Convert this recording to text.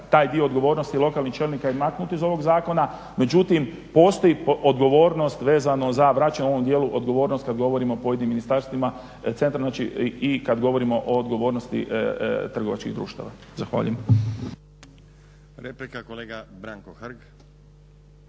taj dio odgovornosti lokalnih čelnika je maknut iz ovog zakona. Međutim, postoji odgovornost vezano za vraćanje u ovom dijelu odgovornost kad govorimo o pojedinim ministarstvima, …/Govornik se ne razumije./… znači i kad govorimo o odgovornosti trgovačkih društava. Zahvaljujem.